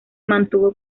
mantuvo